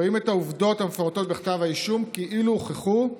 רואים את העובדות המפורטות בכתב האישום כאילו הוכחו,